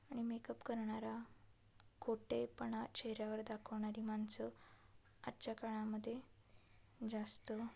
आणि मेकअप करणारा खोटेपणा चेहऱ्यावर दाखवणारी माणसं आजच्या काळामध्ये जास्त